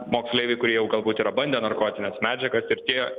moksleiviai kurie jau galbūt yra bandę narkotines medžiagas ir tie